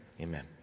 Amen